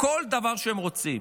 כל דבר שהם רוצים.